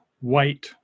white